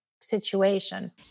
situation